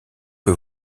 que